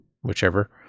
whichever